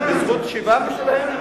וזכות שיבה משלהם,